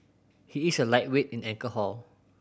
he is a lightweight in alcohol